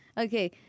Okay